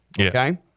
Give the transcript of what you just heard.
Okay